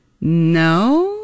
no